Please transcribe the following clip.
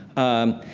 um,